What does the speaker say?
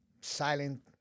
silent